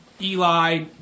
Eli